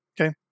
Okay